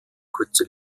kurze